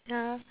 ya